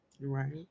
Right